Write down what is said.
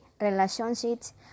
relationships